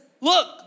look